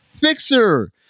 Fixer